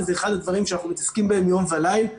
וזה אחד הדברים שאנחנו מתעסקים בהם יום וליל.